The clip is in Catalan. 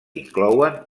inclouen